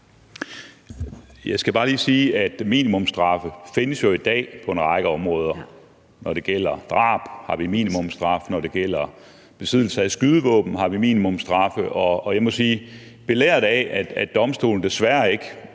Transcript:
minimumsstraffe jo findes i dag på en række områder. Når det gælder drab, har vi minimumsstraffe, når det gælder besiddelse af skydevåben, har vi minimumsstraffe. Og belært af, at domstolene desværre ikke